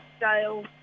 scale